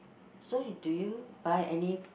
so do you buy any